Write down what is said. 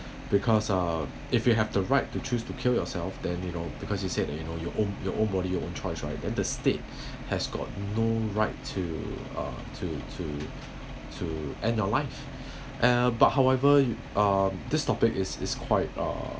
because uh if you have the right to choose to kill yourself then you know because you said that you know your own your own body your own choice right then the state has got no right to uh to to to end your life uh but however uh this topic is is quite uh